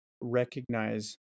recognize